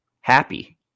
happy